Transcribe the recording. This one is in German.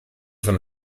von